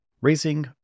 raising